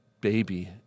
baby